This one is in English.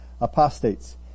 apostates